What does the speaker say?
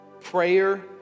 prayer